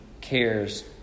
cares